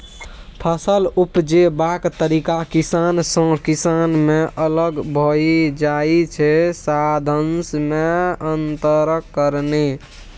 फसल उपजेबाक तरीका किसान सँ किसान मे अलग भए जाइ छै साधंश मे अंतरक कारणेँ